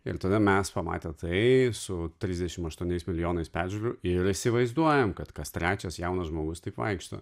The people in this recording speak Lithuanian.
ir tada mes pamatę tai su trisdešimt aštuoniais milijonais peržiūrų ir įsivaizduojam kad kas trečias jaunas žmogus taip vaikšto